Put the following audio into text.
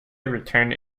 returned